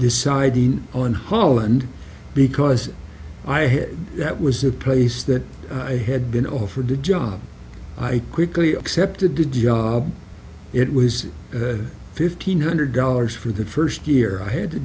decide on holland because i had that was a place that i had been offered a job i quickly accepted the job it was fifteen hundred dollars for the first year i had to